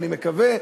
ואני מקווה,